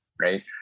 right